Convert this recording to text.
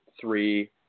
three